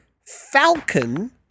Falcon